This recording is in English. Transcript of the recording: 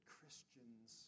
Christians